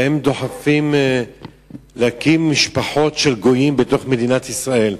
הרי הם דוחפים להקים משפחות של גויים בתוך מדינת ישראל,